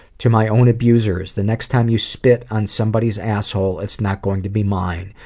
to my own abusers, the next time you spit on somebody's asshole, it's not going to be mine,